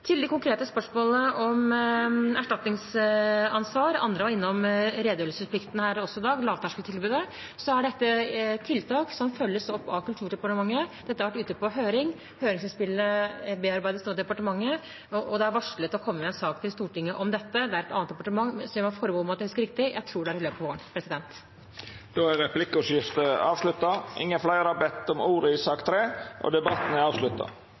det gjelder det konkrete spørsmålet om erstatningsansvar – andre har også vært innom redegjørelsesplikten og lavterskeltilbudet i dag – er dette tiltak som følges opp av Kulturdepartementet. Dette har vært ute på høring. Høringsinnspillene bearbeides nå i departementet, og det er varslet at det vil komme en sak om dette til Stortinget. Det er et annet departement, så jeg må ta forbehold om at jeg husker riktig – jeg tror det blir i løpet av våren. Replikkordskiftet er avslutta. Fleire har ikkje bedt om ordet til sak